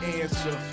answer